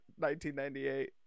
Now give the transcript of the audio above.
1998